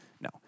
No